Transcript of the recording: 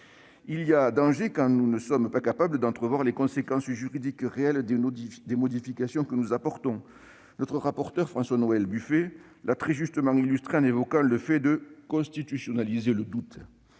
Il y a danger quand nous ne sommes pas capables d'entrevoir les conséquences juridiques réelles des modifications que nous apportons. Notre rapporteur, François-Noël Buffet, l'a très justement illustré en évoquant le fait de « constitutionnaliser le doute ».